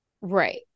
Right